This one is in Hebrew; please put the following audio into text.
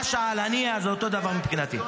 משעל, הנייה, זה אותו דבר מבחינתי.